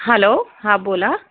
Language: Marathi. हलो हां बोला